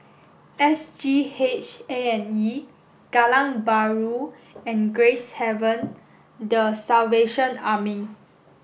S G H A and E Kallang Bahru and Gracehaven the Salvation Army